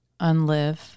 unlive